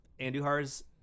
anduhar's